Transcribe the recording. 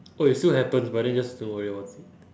oh it still happens but then just don't worry about it